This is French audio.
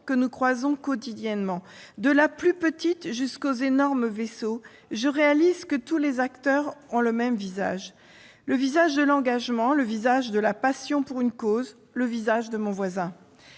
que nous croisons quotidiennement, de la plus petite jusqu'aux énormes vaisseaux, je réalise que tous les acteurs ont le même visage. Le visage de l'engagement, le visage de la passion pour une cause, le visage de mon voisin.